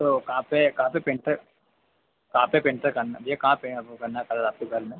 तो कहाँ पर कहाँ पर पेन्टर कहाँ पर पेन्टर करना है भैया कहाँ पर आपको करना है कलर आपके घर में